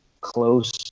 Close